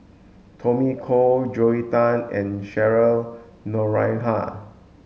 Tommy Koh Joel Tan and Cheryl Noronha